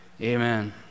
amen